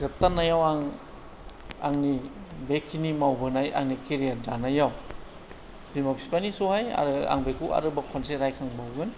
जोबथारनायाव आं आंनि बेखिनि मावबोनाय आंनि केरियार दानायाव बिमा बिफानि सहाय आरो आं बेखौ आरोबाव खनसे रायखांबावगोन